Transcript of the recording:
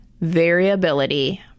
Variability